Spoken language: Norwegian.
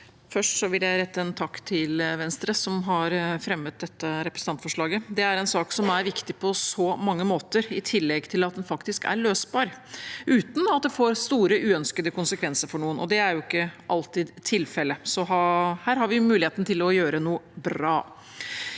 Først vil jeg rette en takk til Venstre, som har fremmet dette representantforslaget. Det er en sak som er viktig på så mange måter, i tillegg til at den faktisk er løsbar uten at det får store, uønskede konsekvenser for noen. Det er ikke alltid tilfellet, så her har vi muligheten til å gjøre noe bra.